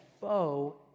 foe